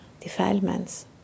defilements